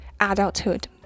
adulthood